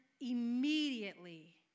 immediately